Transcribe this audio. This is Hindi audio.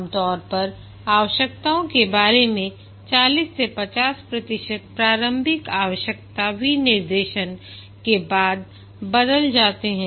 आमतौर पर आवश्यकताओं के बारे में 40 से 50 प्रतिशत प्रारंभिक आवश्यकता विनिर्देशन के बाद बदल जाते हैं